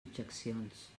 objeccions